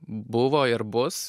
buvo ir bus